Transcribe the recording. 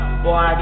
boy